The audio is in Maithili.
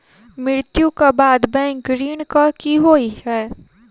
मृत्यु कऽ बाद बैंक ऋण कऽ की होइ है?